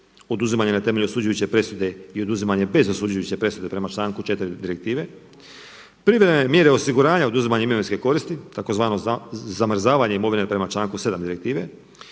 oduzimanja na temelju osuđujuće presude i oduzimanje bez osuđujuće presude prema članku 4. direktive. Privremene mjere osiguranja oduzimanje imovinske koristi tzv. zamrzavanje imovine prema članku 7. direktive